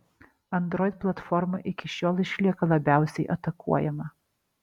android platforma iki šiol išlieka labiausiai atakuojama